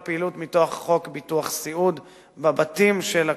לפעילות מכוח חוק ביטוח סיעוד בבתים של הקשישים.